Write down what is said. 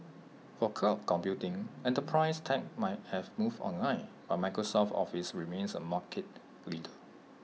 for cloud computing enterprise tech might have moved online but Microsoft's office remains A market leader